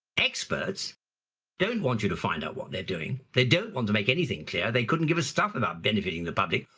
experts don't want you to find out what they're doing, they don't want to make anything clear, they couldn't give us stuff about benefiting the public,